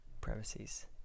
premises